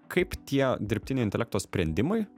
kaip tie dirbtinio intelekto sprendimai